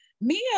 Mia